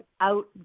out